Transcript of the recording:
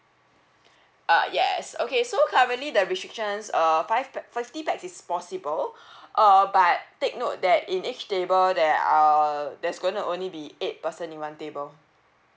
uh yes okay so currently the restrictions uh five pa~ fifty pax is possible uh but take note that in each table there are that's going to only be eight person in one table